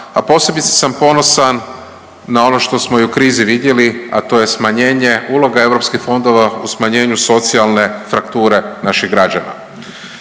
a posebice sam ponosan na ono što smo i u krizi vidjeli, a to je smanjenje uloga EU fondova, u smanjenju socijalne frakture naših građana